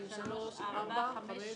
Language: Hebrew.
הרביזיה (56)